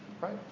Right